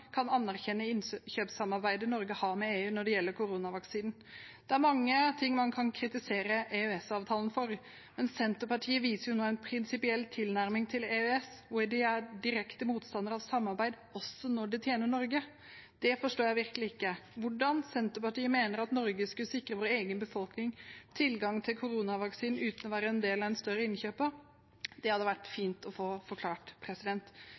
kan anerkjenne innkjøpssamarbeidet Norge har med EU når det gjelder koronavaksinen. Det er mange ting man kan kritisere EØS-avtalen for, men Senterpartiet viser nå en prinsipiell tilnærming til EØS hvor de er direkte motstandere av samarbeid også når det tjener Norge. Det forstår jeg virkelig ikke. Hvordan Senterpartiet mener at Norge skulle sikre vår egen befolkning tilgang til koronavaksine uten å være en del av en større innkjøper, hadde vært fint å få forklart.